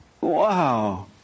Wow